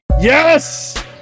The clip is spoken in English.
Yes